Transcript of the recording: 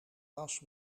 was